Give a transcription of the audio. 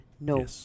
no